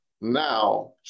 now